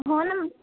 हो ना